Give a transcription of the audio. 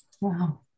Wow